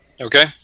Okay